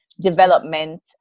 development